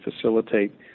facilitate